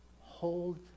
Hold